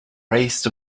raised